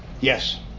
Yes